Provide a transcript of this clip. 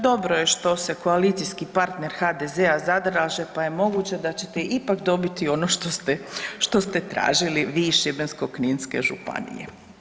Dobro je što se koalicijski partner HDZ-a zalaže pa je moguće da ćete ipak dobiti ono što ste tražili vi iz Šibensko-kninske županije.